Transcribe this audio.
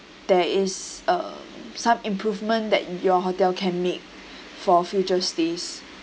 there is um some improvement that your hotel can make for future stays